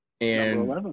and-